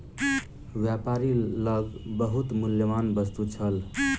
व्यापारी लग बहुत मूल्यवान वस्तु छल